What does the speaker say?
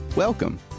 Welcome